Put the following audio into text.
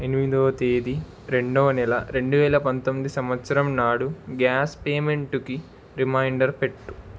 ఎనిమిదో తేది రెండవ నెల రెండు వేల పంతొమ్మిది సంవత్సరం నాడు గ్యాస్ పేమెంటుకి రిమైండర్ పెట్టు